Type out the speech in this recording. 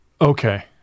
okay